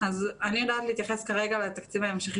אני יודעת להתייחס כרגע אל התקציב ההמשכי